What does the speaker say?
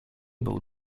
był